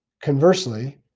Conversely